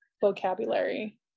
vocabulary